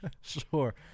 Sure